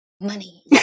money